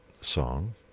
song